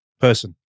person